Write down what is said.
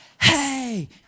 hey